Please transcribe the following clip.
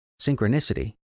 Synchronicity